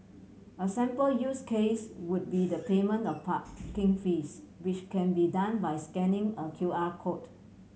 a sample use case would be the payment of parking fees which can be done by scanning a Q R code